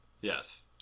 Yes